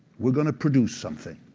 we're going to produce something,